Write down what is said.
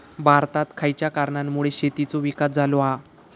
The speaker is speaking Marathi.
भारतात खयच्या कारणांमुळे शेतीचो विकास झालो हा?